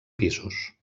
pisos